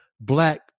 Black